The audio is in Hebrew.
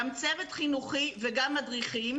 גם צוות חינוכי וגם מדריכים,